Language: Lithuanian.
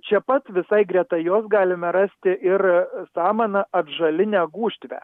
čia pat visai greta jos galime rasti ir samaną atžalinę gūžvtę